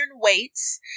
weights